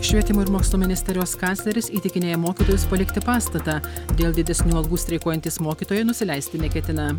švietimo ir mokslo ministerijos kancleris įtikinėja mokytojus palikti pastatą dėl didesnių algų streikuojantys mokytojai nusileisti neketina